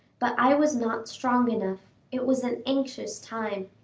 but i was not strong enough it was an anxious time!